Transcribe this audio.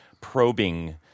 probing